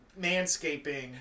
manscaping